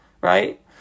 right